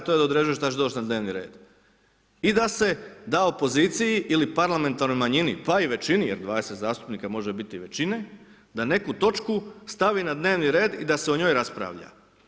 određuje šta će doći na dnevni red i da se da opoziciji ili parlamentarnoj manjini, pa i većini jer 20 zastupnika može biti i većine da neku točku stavi na dnevni red i da se o njoj raspravlja.